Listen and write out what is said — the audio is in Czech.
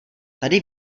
tady